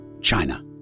China